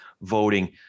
voting